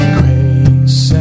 grace